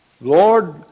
Lord